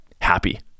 happy